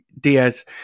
Diaz